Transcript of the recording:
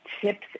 tips